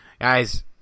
Guys